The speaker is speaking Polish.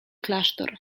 klasztor